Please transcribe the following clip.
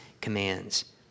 commands